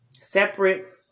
Separate